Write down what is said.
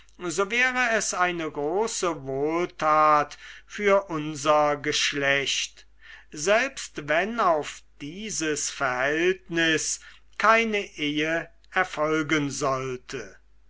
so wäre es eine große wohltat für unser geschlecht selbst wenn auf dieses verhältnis keine ehe erfolgen sollte